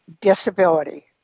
disability